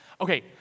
Okay